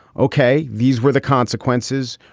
ok. these were the consequences.